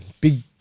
Big